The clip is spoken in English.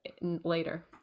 later